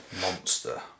Monster